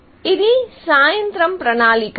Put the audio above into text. ఇది సాయంత్రం ప్రణాళిక